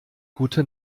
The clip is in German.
gute